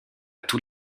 tous